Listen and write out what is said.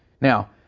Now